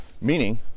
Meaning